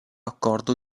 accordo